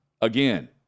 again